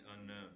unknown